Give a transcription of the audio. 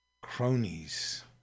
cronies